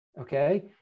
Okay